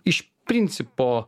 iš principo